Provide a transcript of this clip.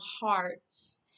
hearts